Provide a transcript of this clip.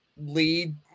lead